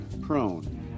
prone